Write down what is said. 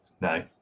no